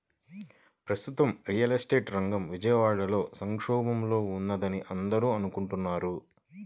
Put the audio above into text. ప్రస్తుతం real estate రంగం విజయవాడలో సంక్షోభంలో ఉందని అందరూ అనుకుంటున్నారు